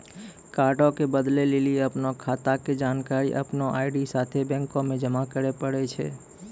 कार्डो के बदलै लेली अपनो खाता के जानकारी अपनो आई.डी साथे बैंको मे जमा करै पड़ै छै